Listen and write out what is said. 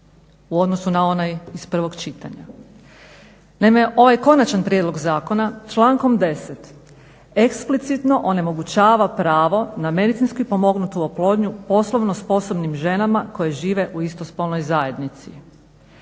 u odnosu na onaj iz prvog čitanja.